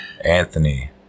Anthony